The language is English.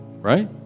right